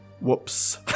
Whoops